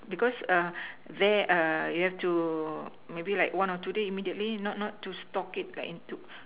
because err there err you have to maybe like one of two day immediately not not to stock like into